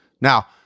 Now